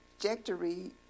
trajectory